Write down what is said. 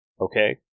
okay